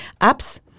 apps